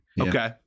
Okay